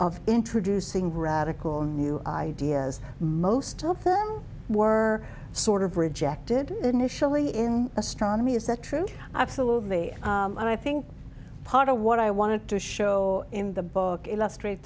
of introducing radical new ideas most of them were sort of rejected initially in astronomy is that true absolutely and i think part of what i wanted to show in the book illustrate